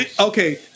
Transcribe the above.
Okay